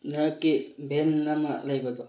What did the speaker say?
ꯅꯍꯥꯛꯀꯤ ꯚꯦꯟ ꯑꯃ ꯂꯩꯕꯗꯣ